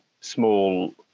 small